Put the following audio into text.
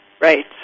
Right